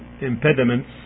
impediments